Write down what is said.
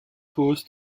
goes